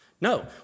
No